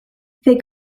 they